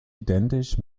identisch